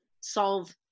solve